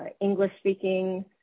English-speaking